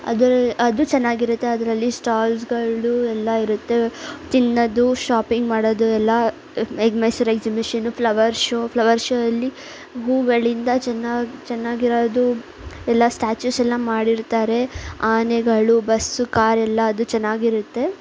ಅದ್ರಲ್ಲಿ ಅದು ಚೆನ್ನಾಗಿರತ್ತೆ ಅದರಲ್ಲಿ ಸ್ಟಾಲ್ಸ್ಗಳು ಎಲ್ಲ ಇರುತ್ತೆ ತಿನ್ನದು ಶಾಪಿಂಗ್ ಮಾಡೋದು ಎಲ್ಲ ಈಗ ಮೈಸೂರ್ ಎಕ್ಸಿಮಿಷನ್ನು ಫ್ಲವರ್ ಶೋ ಫ್ಲವರ್ ಶೋಲ್ಲಿ ಹೂಗಳಿಂದ ಚೆನ್ನಾ ಚೆನ್ನಾಗಿರೋದು ಎಲ್ಲ ಸ್ಟ್ಯಾಚುಸೆಲ್ಲ ಮಾಡಿರ್ತಾರೆ ಆನೆಗಳು ಬಸ್ಸು ಕಾರೆಲ್ಲದು ಚೆನ್ನಾಗಿರುತ್ತೆ